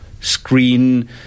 screen